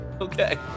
Okay